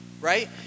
right